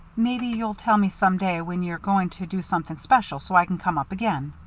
maybe you'll tell me some day when you're going to do something special, so i can come up again.